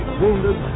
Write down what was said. wounded